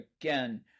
again